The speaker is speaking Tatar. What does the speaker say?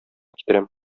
китерәм